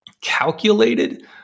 calculated